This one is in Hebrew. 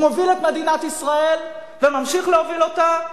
הוא מוביל את מדינת ישראל, וממשיך להוביל אותה,